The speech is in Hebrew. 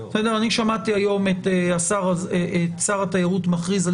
אני שמעתי היום את שר התיירות מכריז על